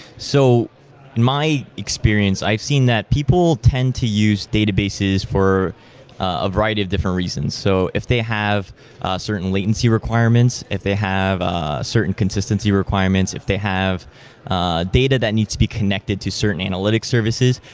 so my experience, i've seen that people tend to use databases for a variety of different reasons. so if they have certain latency requirements, if they have ah certain consistency requirements, if they have data that needs to be connected to certain analytics services,